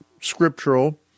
scriptural